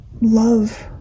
love